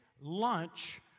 lunch